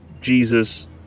Jesus